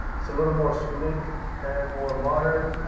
so little more sleek and more modern.